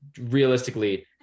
realistically